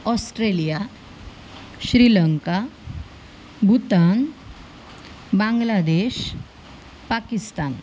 Australia Sri Lanka Bhutan Bangladesh Pakistan